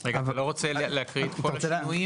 --- רגע, אתה לא רוצה להקריא את כל השינויים?